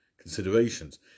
considerations